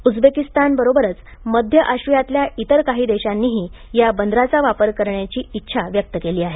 उझबेकिस्तानबरोबरच मध्य आशियातल्या इतर काही देशांनीही या बंदराचा वापर करण्याची इच्छा व्यक्त केली आहे